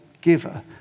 giver